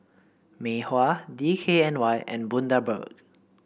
Mei Hua D K N Y and Bundaberg